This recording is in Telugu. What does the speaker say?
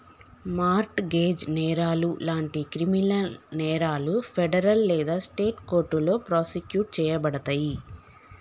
మార్ట్ గేజ్ నేరాలు లాంటి క్రిమినల్ నేరాలు ఫెడరల్ లేదా స్టేట్ కోర్టులో ప్రాసిక్యూట్ చేయబడతయి